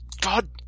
God